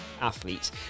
athletes